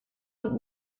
und